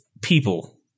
people